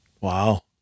Wow